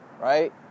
Right